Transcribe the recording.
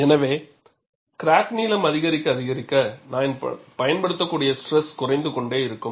எனவே கிராக் நீளம் அதிகரிக்க அதிகரிக்க நான் பயன்படுத்தக்கூடிய ஸ்ட்ரெஸ் குறைந்து கொண்டே இருக்கும்